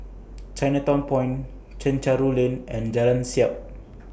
Chinatown Point Chencharu Lane and Jalan Siap